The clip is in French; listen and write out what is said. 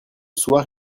soir